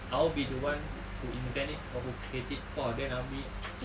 I'll be the one who invent it or who create it !wah! then I'll be !woo!